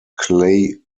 clay